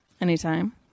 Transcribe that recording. Anytime